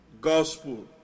gospel